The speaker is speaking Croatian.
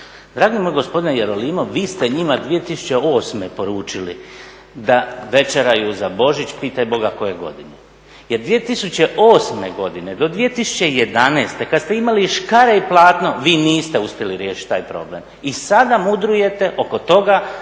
dragi moj gospodine Jerolimov vi ste njima 2008. poručili da večeraju za Božić pitaj Boga koje godine jer 2008. godine do 2011. kada ste imali škare i platno vi niste uspjeli riješiti taj problem i sada mudrujete oko toga